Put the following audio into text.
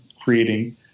creating